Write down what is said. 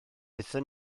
aethon